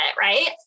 Right